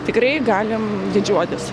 tikrai galime didžiuotis